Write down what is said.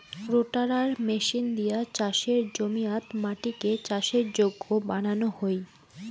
রোটাটার machine দিয়া চাসের জমিয়াত মাটিকে চাষের যোগ্য বানানো হই